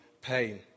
pain